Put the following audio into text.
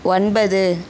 ஒன்பது